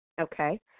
Okay